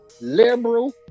liberal